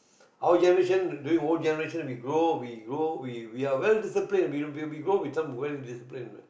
our generation during old generation we grow we grow we we are well discipline when we grow we become well disciplined